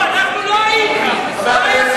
אנחנו היינו באופוזיציה.